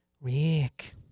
Rick